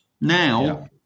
Now